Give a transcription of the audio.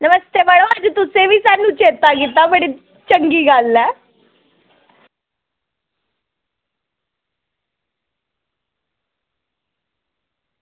नमस्ते मड़ो कुदै तुसें बी स्हानू चेत्ता कीता बड़ी चंगी गल्ल ऐ